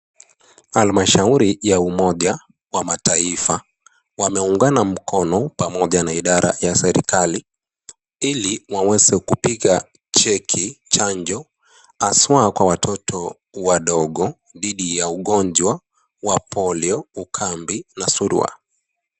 Almashauri ya umoja wamataifa, wameungana mkono pamoja na idara ya serikali, ili waweze kupiga jeki chanjo hasa Kwa watoto wadogo dhidi ya ugonjwa wa polio, ukambi na surua.